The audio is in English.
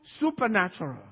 supernatural